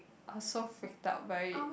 I was so freaked out by it